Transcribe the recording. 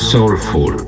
Soulful